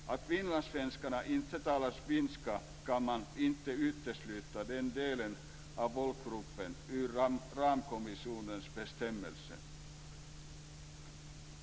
Även om finlandssvenskarna inte talar finska kan man inte utesluta den delen av folkgruppen ur ramkonventionens bestämmelser.